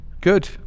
Good